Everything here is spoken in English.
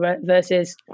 versus